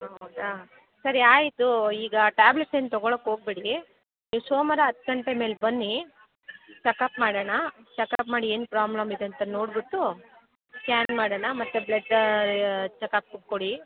ಹೌದಾ ಸರಿ ಆಯಿತು ಈಗ ಟ್ಯಾಬ್ಲೆಟ್ಸ್ ಏನೂ ತೊಗೊಳೋಕ್ಕೆ ಹೋಗ್ಬೇಡಿ ನೀವು ಸೋಮಾರ ಹತ್ತು ಗಂಟೆ ಮೇಲೆ ಬನ್ನಿ ಚಕಪ್ ಮಾಡೋಣ ಚಕಪ್ ಮಾಡಿ ಏನು ಪ್ರಾಬ್ಲಮ್ ಇದೆ ಅಂತ ನೋಡಿಬಿಟ್ಟು ಸ್ಕ್ಯಾನ್ ಮಾಡೋಣ ಮತ್ತೆ ಬ್ಲಡ್ ಚಕಪ್ಪಗೆ ಕೊಡಿ